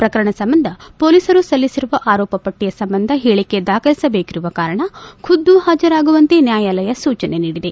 ಪ್ರಕರಣ ಸಂಬಂಧ ಪೊಲೀಸರು ಸಲ್ಲಿಸಿರುವ ಆರೋಪಟ್ಟಿ ಸಂಬಂಧ ಹೇಳಕೆ ದಾಖಲಿಸಬೇಕಿರುವ ಕಾರಣ ಖುದ್ದು ಹಾಜರಾಗುವಂತೆ ನ್ನಾಯಾಲಯ ಸೂಚನೆ ನೀಡಿದೆ